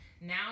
Now